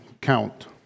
Count